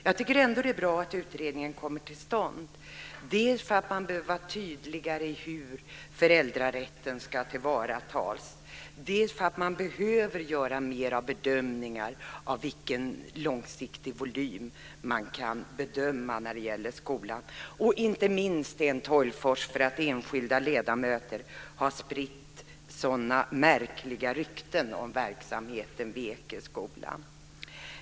Jag tycker ändå att det är bra att utredningen kommer till stånd, dels därför att man behöver vara tydligare i hur föräldrarätten ska tillvaratas, dels därför att man behöver göra mer av bedömningar av vilken långsiktig volym som behövs när det gäller skolan - och inte minst, Sten Tolgfors, därför att enskilda ledamöter har spridit så märkliga rykten om verksamheten vid Ekeskolan.